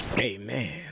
amen